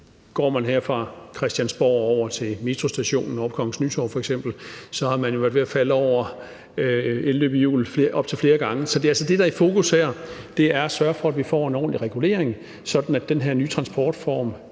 Går man f.eks. her fra Christiansborg og over til metrostationen ovre på Kongens Nytorv, har man jo været ved at falde over elløbehjul op til flere gange. Så det er altså det, der er i fokus her; det er at sørge for, at vi får en ordentlig regulering, sådan at den her nye transportform